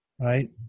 right